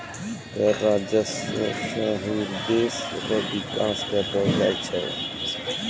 कर राजस्व सं ही देस रो बिकास करलो जाय छै